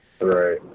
right